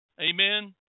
Amen